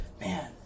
man